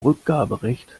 rückgaberecht